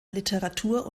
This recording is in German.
literatur